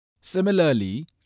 Similarly